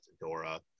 Dora